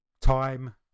time